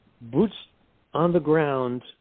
boots-on-the-ground